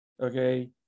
okay